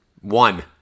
one